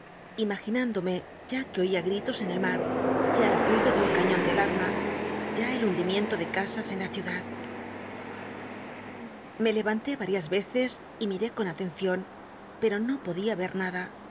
indomc ya c uc oia gritos en el mar ya el tuido de un caiíon de al uma ya el hundim iento de casas en la ciudad me jeyanlé arias reces y miré con alcncion pero no podía ver nada